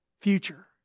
future